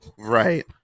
Right